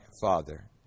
father